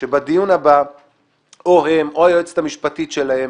שבדיון הבא הם או היועצת המשפטית שלהם